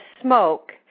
smoke